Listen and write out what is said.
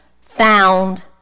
found